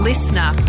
Listener